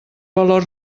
valor